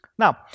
Now